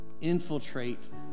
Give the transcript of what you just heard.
infiltrate